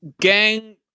gang